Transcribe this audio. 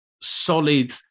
solid